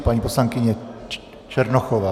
Paní poslankyně Černochová.